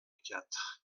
quatre